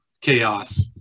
chaos